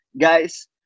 guys